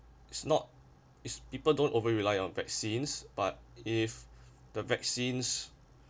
is not is people don't over rely on vaccines but if the vaccines